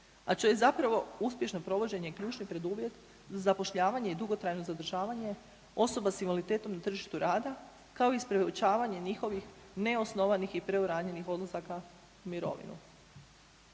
a čije zapravo uspješno provođenje ključni preduvjet za zapošljavanje i dugotrajno zadržavanje osoba s invaliditetom na tržištu rada, kao i sprječavanje njihovih neosnovanih i preuranjenih odlazaka u mirovinu.